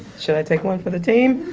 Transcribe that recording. should i take one for the team?